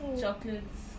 chocolates